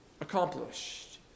accomplished